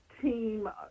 team